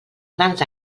grans